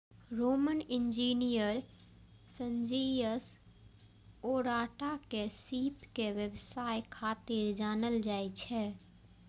Roman engineer Sergius Orata के सीप के व्यवसाय खातिर जानल जाइ छै